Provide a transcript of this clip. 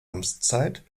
amtszeit